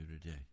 today